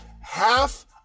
half